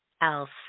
else